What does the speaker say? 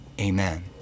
amen